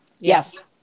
Yes